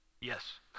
Yes